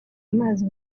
amazi